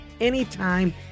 anytime